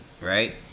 right